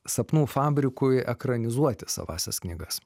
sapnų fabrikui ekranizuoti savąsias knygas